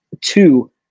Two